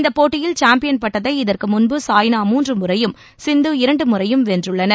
இந்தப் போட்டியில் சாம்பியன் பட்டத்தை இதற்கு முன்பு சாய்னா மூன்று முறையும் சிந்து இரண்டு முறையும் வென்றுள்ளனர்